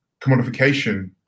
commodification